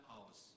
aus